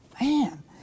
Man